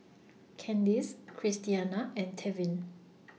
Candice Christiana and Tevin